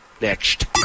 Next